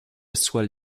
soient